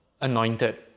anointed